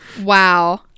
Wow